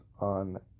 on